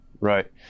Right